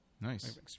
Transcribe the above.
Nice